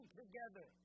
together